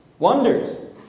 Wonders